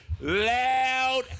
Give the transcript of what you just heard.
loud